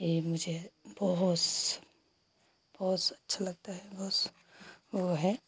ये मुझे बहुत बहुत अच्छा लगता है बहुत वो है